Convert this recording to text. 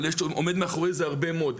אבל עומד מאחורי זה הרבה מאוד,